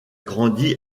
grandi